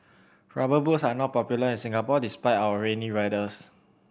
Rubber Boots are not popular in Singapore despite our rainy weathers